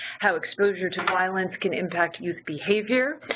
how exposure to violence can impact youth behavior,